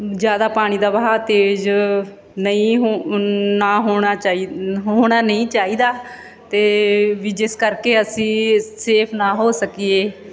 ਜ਼ਿਆਦਾ ਪਾਣੀ ਦਾ ਵਹਾਅ ਤੇਜ਼ ਨਹੀਂ ਹੋ ਨਾ ਹੋਣਾ ਚਾਹੀ ਹੋਣਾ ਨਹੀਂ ਚਾਹੀਦਾ ਅਤੇ ਬਈ ਜਿਸ ਕਰਕੇ ਅਸੀਂ ਸੇਫ਼ ਨਾ ਹੋ ਸਕੀਏ